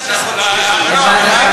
בסדר,